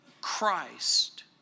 Christ